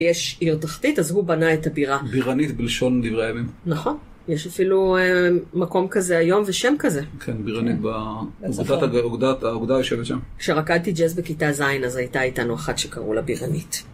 יש עיר תחתית, אז הוא בנה את הבירה. בירנית בלשון דברי הימים. נכון. יש אפילו מקום כזה היום, ושם כזה. כן, בירנית ב..האוגדה יושבת שם. כשרקדתי ג'אז בכיתה ז', אז הייתה איתנו אחת שקראו לה בירנית.